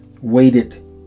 waited